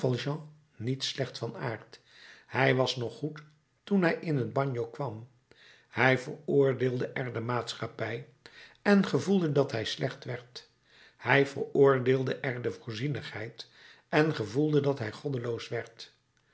niet slecht van aard hij was nog goed toen hij in het bagno kwam hij veroordeelde er de maatschappij en gevoelde dat hij slecht werd hij veroordeelde er de voorzienigheid en gevoelde dat hij goddeloos werd